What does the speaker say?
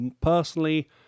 personally